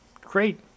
great